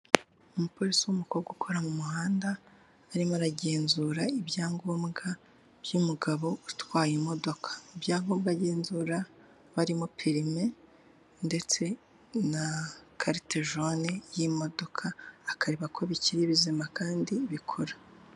Umupolisi w'umukobwa ukora mu muhanda arimo aragenzura ibyangombwa by'umugabo utwaye imodoka, ibyangombwa agenzura harimo perime ndetse na karitejone y'imodoka akareba ko bikiri bizima kandi bikora.